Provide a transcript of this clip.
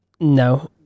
No